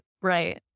right